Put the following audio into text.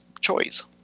choice